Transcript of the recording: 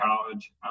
college